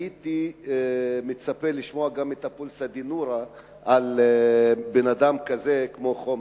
הייתי מצפה לשמוע גם את ה"פולסא דנורא" על בן-אדם כזה כמו חומסקי.